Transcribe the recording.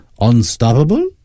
unstoppable